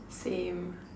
same